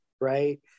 right